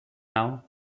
now